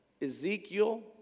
Ezekiel